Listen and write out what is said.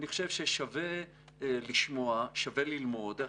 אני חושב ששווה לשמוע, שווה ללמוד.